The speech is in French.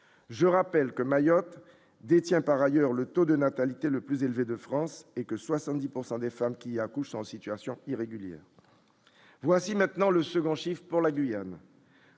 je rappelle que Mayotte détient par ailleurs le taux de natalité le plus élevé de France et que 70 pourcent des femmes qui accouchent en situation irrégulière, voici maintenant le second chiffre pour la Guyane.